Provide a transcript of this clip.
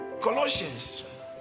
Colossians